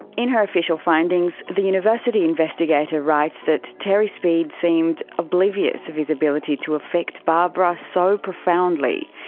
in her official findings, the university investigator writes that terry speed seemed oblivious of his ability to affect barbara so profoundly,